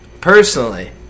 Personally